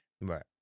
Right